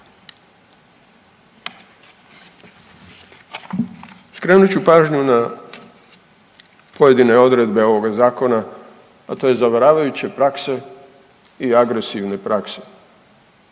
Skrenut ću pažnju na pojedine odredbe ovoga zakona, a to je zavaravajuće prakse i agresivne prakse.